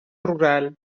rural